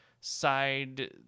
side